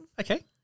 Okay